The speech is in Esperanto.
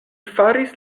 faris